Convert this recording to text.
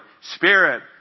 Spirit